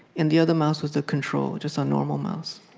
and the other mouse was the control, just a normal mouse.